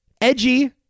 edgy